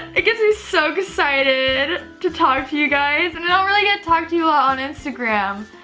it gets me so excited to talk to you guys and i don't really get to talk to you a lot on instagram.